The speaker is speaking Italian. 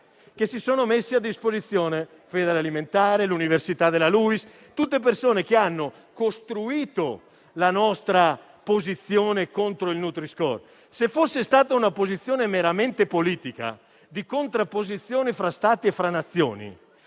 che si sono messi a disposizione; Federalimentare, l'Università della Luiss, tutte persone che hanno costruito la nostra posizione contro il nutri-score. Se fosse stata una posizione meramente politica, di contrapposizione fra Stati e fra Nazioni,